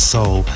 Soul